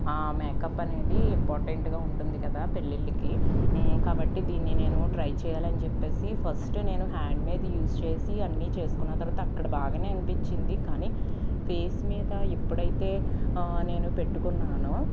makeup అనేది ఇంపార్టెంట్గా ఉంటుంది కదా పెళ్లిళ్లికి కాబట్టి దీన్ని నేను ట్రై చేయాలని చెప్పేసి ఫస్ట్ నేను హ్యాండ్ మీద యూస్ చేసి అన్నీ చేసుకున్న తర్వాత అక్కడ బాగానే అనిపిచ్చింది కానీ ఫేస్ మీద ఎప్పుడైతే నేను పెట్టుకున్నానో